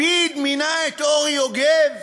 לפיד מינה את אורי יוגב.